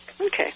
Okay